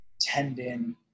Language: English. tendon